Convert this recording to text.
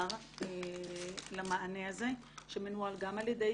מסודר למענה הזה שמנוהל גם על ידי,